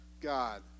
God